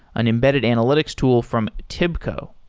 an embedded analytics tool from tibco.